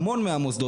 המון מהמוסדות.